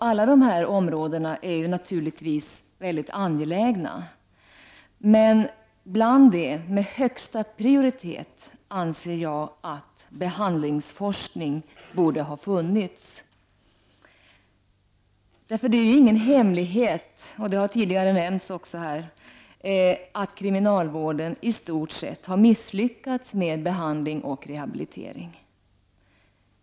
Alla dessa områden är naturligtvis angelägna, men bland de områden som har högsta prioritet anser jag att behandlingsforskning borde ha funnits. Det är ingen hemlighet att kriminalvården i stort sett har misslyckats med behandling och rehabilitering.